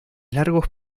largos